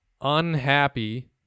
unhappy